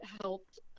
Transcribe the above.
helped